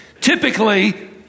typically